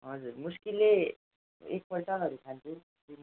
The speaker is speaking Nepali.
हजुर मुस्किलले एकपल्टहरू खान्छु दिनमा